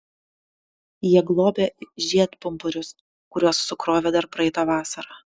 jie globia žiedpumpurius kuriuos sukrovė dar praeitą vasarą